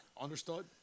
understood